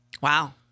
Wow